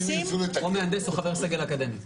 --- או מהנדס או חבר סגל אקדמי.